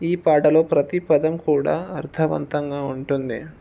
ఈ పాటలో ప్రతి పదం కూడా అర్థవంతంగా ఉంటుంది